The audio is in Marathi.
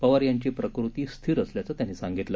पवार यांची प्रकृती स्थिर असल्याचं त्यांनी सांगितलं